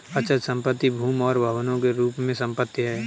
अचल संपत्ति भूमि और भवनों के रूप में संपत्ति है